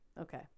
okay